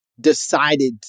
decided